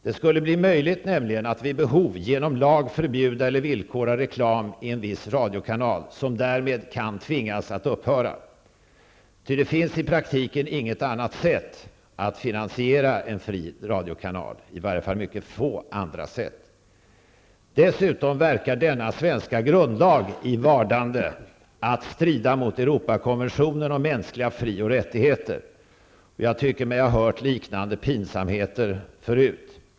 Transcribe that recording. Det skall bli möjligt att vid behov, genom lag, förbjuda eller villkora reklam i en viss radiokanal, som därmed kan tvingas att upphöra, eftersom det i praktiken inte finns något annat sätt att finansiera en fri radiokanal. Det finns i varje fall mycket få andra sätt. Dessutom verkar denna svenska grundlag i vardande att strida mot Europakonventionen om mänskliga fri och rättigheter. Jag tycker mig ha hört liknande pinsamheter förut.